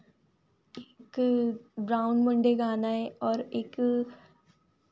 एक ब्राउन मुंडे गाना है और एक